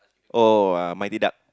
oh uh mighty duck